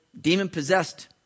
demon-possessed